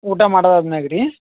ಊಟ ಮಾಡೋದಾದ ಮ್ಯಾಲೆ ರೀ